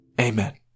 amen